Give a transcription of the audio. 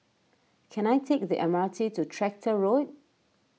can I take the M R T to Tractor Road